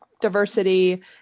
diversity